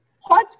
hot